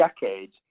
decades